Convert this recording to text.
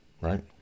right